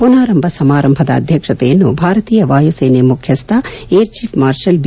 ಪುನಾರಂಭ ಸಮಾರಂಭದ ಅಧ್ಯಕ್ಷತೆಯನ್ನು ಭಾರತಿಯ ವಾಯುಸೇನೆ ಮುಖ್ಯಸ್ನ ಏರ್ ಚೀಫ್ ಮಾರ್ಷಲ್ ಬಿ